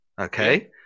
Okay